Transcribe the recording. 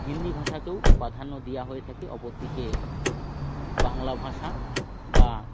হিন্দি ভাষাকেও প্রাধান্য দেওয়া হয়ে থাকে অপর দিকে বাংলা ভাষা বা